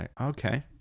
Okay